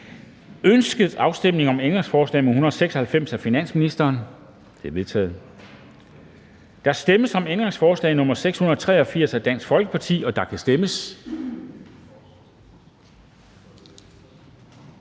Ønskes afstemning om ændringsforslag nr. 480-492 af finansministeren? De er vedtaget. Der stemmes om ændringsforslag nr. 692 af DF, og der kan stemmes.